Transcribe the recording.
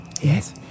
Yes